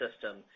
System